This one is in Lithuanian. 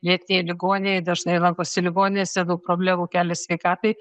jie tie ligoniai dažnai lankosi ligoninėse daug problemų kelia sveikatai